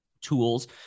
tools